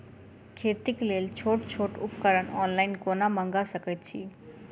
खेतीक लेल छोट छोट उपकरण ऑनलाइन कोना मंगा सकैत छी?